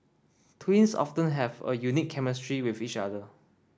twins often have a unique chemistry with each other